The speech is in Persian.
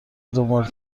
دنبال